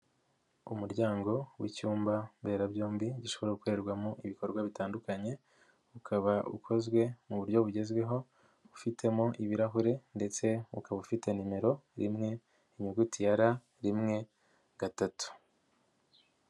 Umuryango w'icyumba mberabyombi gishobora gukorerwamo ibikorwa bitandukanye ukaba ukozwe mu buryo bugezweho ufitemo ibirahure ndetse ukaba ufite nimero: rimwe, inyuguti ya R, rimwe, gatatu.